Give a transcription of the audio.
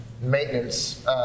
maintenance